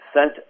sent